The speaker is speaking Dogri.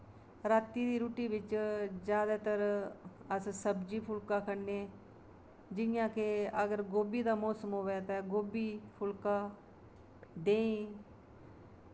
रातीं दी रुट्टी बिच जादैतर अस सब्जी फुल्का खन्ने जि'यां के अगर गोभी दा मौसम होऐ ते गोभी फुल्का देहीं